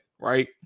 right